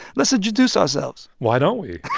let's introduce ourselves why don't we?